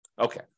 Okay